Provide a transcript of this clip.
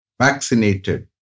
vaccinated